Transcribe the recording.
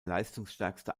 leistungsstärkste